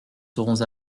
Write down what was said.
serons